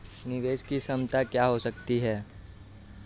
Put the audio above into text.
निवेश की क्षमता क्या हो सकती है?